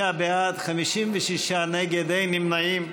46 בעד, 56 נגד, אין נמנעים.